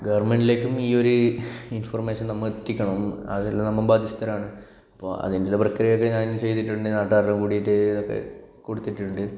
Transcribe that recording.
ഗവർമെന്റിലേക്കും ഈ ഒരു ഇൻഫർമേഷൻ നമ്മൾ എത്തിക്കണം അതെല്ലാം നമ്മൾ ബാധ്യസ്ഥരാണ് അപ്പോൾ അതിനുള്ള ഉള്ള പ്രക്രിയ ഒക്കെ ഞാൻ ചെയ്തിട്ടുണ്ട് നാട്ടുകാരും കൂടിയിട്ട് ഇതൊക്കെ കൊടുത്തിട്ടുണ്ട്